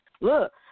look